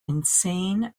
insane